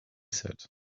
said